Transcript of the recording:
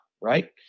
right